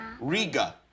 Riga